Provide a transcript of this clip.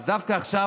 אז דווקא עכשיו,